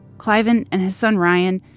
cliven, and his son ryan,